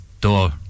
door